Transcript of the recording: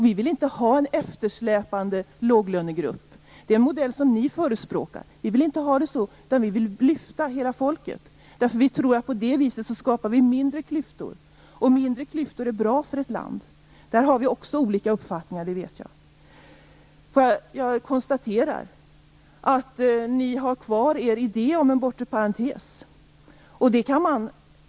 Vi vill inte ha en eftersläpande låglönegrupp. Det är en modell som ni förespråkar. Men vi vill lyfta hela folket. På det viset skapas det mindre klyftor, och mindre klyftor är bra för ett land. Där har vi också olika uppfattning. Jag konstaterar att ni har kvar er idé om en bortre parentes.